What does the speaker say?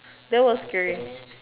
there was scary